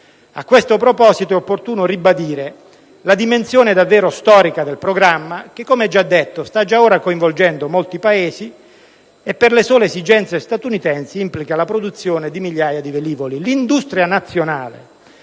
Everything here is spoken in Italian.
A questo proposito è opportuno ribadire la dimensione davvero storica del programma che, come già detto, sta già ora coinvolgendo molti Paesi e per le sole esigenze statunitensi implica la produzione di migliaia di velivoli. L'industria nazionale